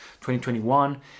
2021